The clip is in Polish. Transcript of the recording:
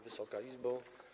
Wysoka Izbo!